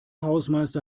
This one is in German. hausmeister